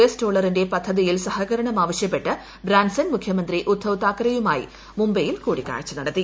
S ഡോളറിന്റെ പദ്ധതിയിൽ സഹകരണം ആവശ്യപ്പെട്ട് ബ്രാൻസൺ മുഖ്യമന്ത്രി ഉദ്ധവ് താക്കറെയുമായി മുംബൈയിൽ കൂടിക്കാഴ്ച് നടത്തി